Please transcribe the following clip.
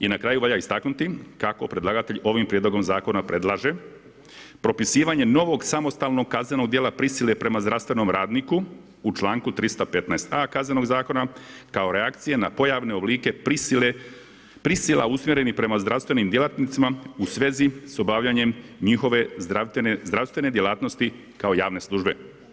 I na kraju valja istaknuti kako predlagatelj ovim prijedlogom Zakona predlaže propisivanje novog samostalnog kaznenog djela prisile prema zdravstvenom radniku u čl. 315. a) KZ-a kao reakcije na pojavne oblike prisila usmjerenih prema zdravstvenim djelatnicima u svezi s obavljanjem njihove zdravstvene djelatnosti kao javne službe.